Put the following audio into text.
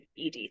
ED